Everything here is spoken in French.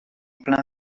plein